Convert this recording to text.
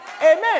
Amen